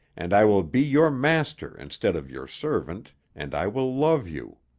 and i will be your master instead of your servant, and i will love you